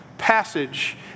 passage